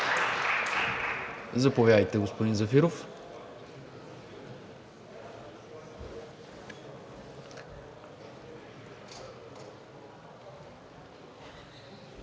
Заповядайте, господин Зафиров.